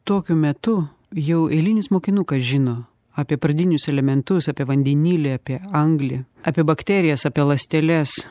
tokiu metu jau eilinis mokinukas žino apie pradinius elementus apie vandenilį apie anglį apie bakterijas apie ląsteles